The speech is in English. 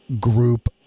group